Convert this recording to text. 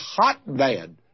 hotbed